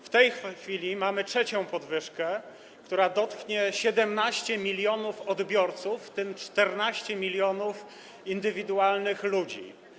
W tej chwili mamy trzecią podwyżkę, która dotknie 17 mln odbiorców, w tym 14 mln indywidualnych, ludzi.